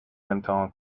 امتحان